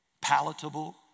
palatable